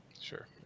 Sure